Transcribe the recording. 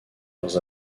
leurs